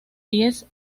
diez